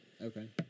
Okay